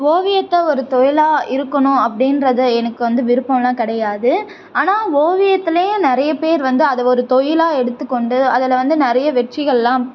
ஓவியத்தை ஒரு தொழிலாக இருக்கணும் அப்படின்றத எனக்கு வந்து விருப்பமெலாம் கிடையாது ஆனால் ஓவியத்திலையே நிறைய பேர் வந்து அதை ஒரு தொழிலாக எடுத்துக் கொண்டு அதில் வந்து நிறைய வெற்றிகளெலாம்